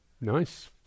nice